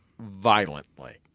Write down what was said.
violently